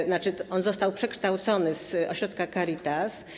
To znaczy on został przekształcony z ośrodka Caritas.